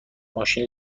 ماشین